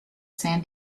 san